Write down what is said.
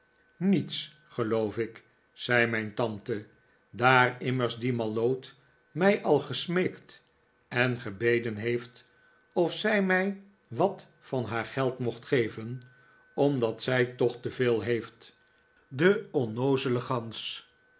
niets geloof ik zei mijn tante daar immers die malloot mij al gesmeekt en gebeden heeft of zij mij wat van haar geld mocht geven omdat zij toch te veel heeft de onnoozele gans